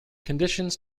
conditions